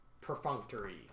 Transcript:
perfunctory